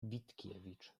witkiewicz